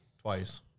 twice